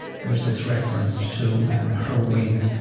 there's this reference to her wing.